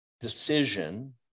decision